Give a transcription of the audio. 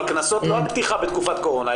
אבל קנסות לא על פתיחה בתקופת קורונה,